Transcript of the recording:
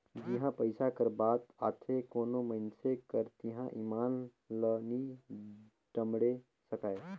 जिहां पइसा कर बात आथे कोनो मइनसे कर तिहां ईमान ल नी टमड़े सकाए